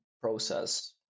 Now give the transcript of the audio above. process